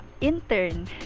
intern